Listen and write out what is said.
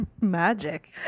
magic